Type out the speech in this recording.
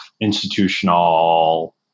institutional